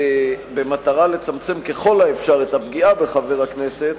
במטרה לצמצם ככל האפשר את הפגיעה בחבר הכנסת,